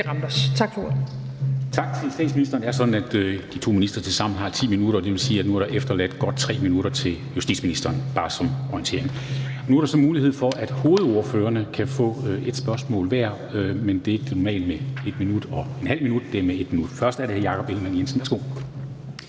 Tak til statsministeren. Det er sådan, at de to ministre tilsammen har 10 minutter, og det vil sige, at der nu er efterladt godt 3 minutter til justitsministeren. Det er bare til orientering. Nu er der så mulighed for, at hovedordførerne kan få ét spørgsmål hver, men det er ikke det normale med 1 minut og ½ minut. Det er 1 minut. Først er det hr. Jakob Ellemann-Jensen. Værsgo.